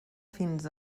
fins